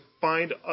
find